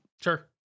Sure